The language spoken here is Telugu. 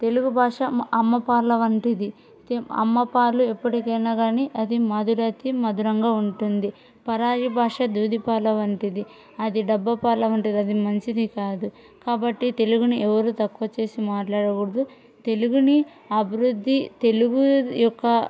తెలుగు భాష అమ్మపాల వంటిది అమ్మపాలు ఎప్పటికైనా కానీ అది మధురాతి మధురంగా ఉంటుంది పరాయి భాష దూదిపాల వంటిది అది డబ్బ పాల వంటిది అది మంచిది కాదు కాబట్టి తెలుగుని ఎవరు తక్కువ చేసి మాట్లాడకూడదు తెలుగుని అభివృద్ధి తెలుగు యొక్క